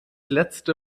letzte